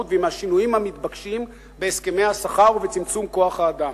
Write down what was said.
ועם השינויים המתבקשים בהסכמי השכר ובצמצום כוח-האדם.